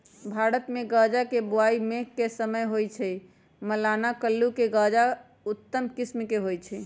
भारतमे गजा के बोआइ मेघ के समय होइ छइ, मलाना कुल्लू के गजा उत्तम किसिम के होइ छइ